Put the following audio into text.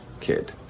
kid